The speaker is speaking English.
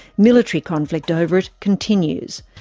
military conflict over it continues.